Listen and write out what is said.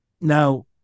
now